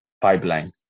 pipeline